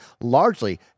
largely